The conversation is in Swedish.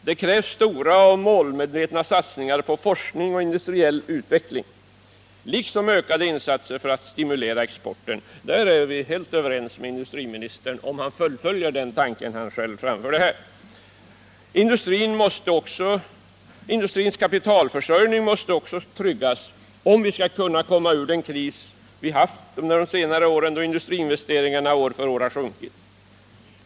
Det krävs stora och målmedvetna satsningar på forskning och industriell utveckling liksom ökade insatser för att stimulera exporten. Där är vi helt överens med industriministern — om han fullföljer den tanke han själv framförde här. Industrins kapitalförsörjning måste också tryggas om vi skall komma ur den kris vi haft under de senare åren, då industriinvesteringarna år för år har sjunkit.